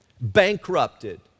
bankrupted